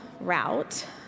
route